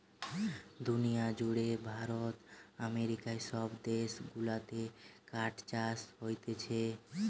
দুনিয়া জুড়ে ভারত আমেরিকা সব দেশ গুলাতে কাঠ চাষ হোচ্ছে